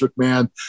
McMahon